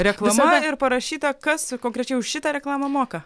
reklama ir parašyta kas konkrečiai už šitą reklamą moka